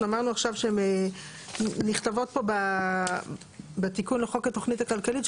אמרנו עכשיו שהן נכתבות פה בתיקון לחוק התוכנית הכלכלית,